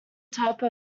type